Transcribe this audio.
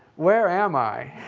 where am i?